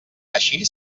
així